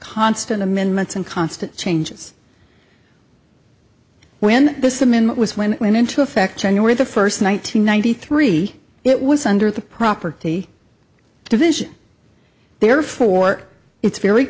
constant amendments and constant changes when this amendment was when it went into effect january the first one nine hundred ninety three it was under the property division therefore it's very